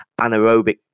anaerobic